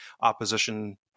Opposition